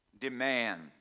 demand